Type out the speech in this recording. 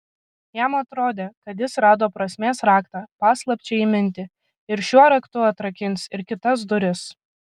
jam atrodė kad jis rado prasmės raktą paslapčiai įminti ir šiuo raktu atrakins ir kitas duris